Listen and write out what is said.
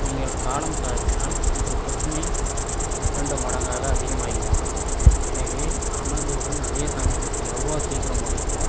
நீங்கள் காலம் தாழ்த்தினால் உங்கள் பிரச்சினை இரண்டு மடங்காக அதிகமாகிக்கொள்ளும் எனவே அமைதியுடன் அதே சமயத்தில் எவ்வளோ சீக்கிரம் முடியுமோ